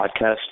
podcast